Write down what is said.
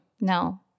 No